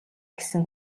гэсэн